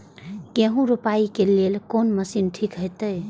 गेहूं रोपाई के लेल कोन मशीन ठीक होते?